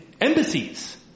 embassies